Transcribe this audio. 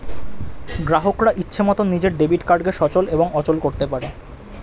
গ্রাহকরা ইচ্ছে মতন নিজের ডেবিট কার্ডকে সচল এবং অচল করতে পারে